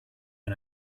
and